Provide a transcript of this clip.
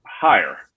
higher